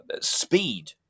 speed